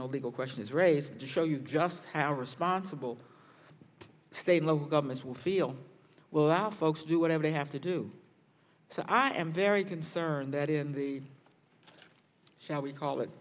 nobody will question is raised to show you just how responsible state governments will feel well folks do whatever they have to do so i am very concerned that in the shall we call it